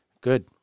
Good